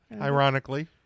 ironically